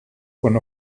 con